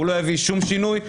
הוא לא יביא שום שינוי.